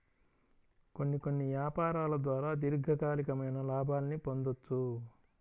కొన్ని కొన్ని యాపారాల ద్వారా దీర్ఘకాలికమైన లాభాల్ని పొందొచ్చు